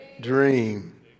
Dream